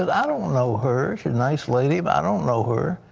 um i don't know her. she's a nice lady, but i don't know her.